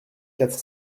quatre